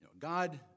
God